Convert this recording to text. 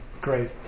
great